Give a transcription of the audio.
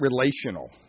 relational